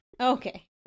Okay